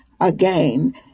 again